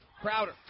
Crowder